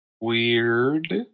Weird